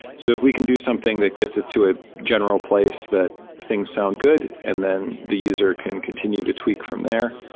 so if we can do something that gets it to a general place that things sound good and then the user can continue to tweak from there,